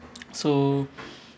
so